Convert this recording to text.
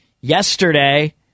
yesterday